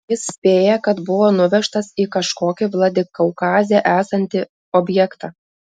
jis spėja kad buvo nuvežtas į kažkokį vladikaukaze esantį objektą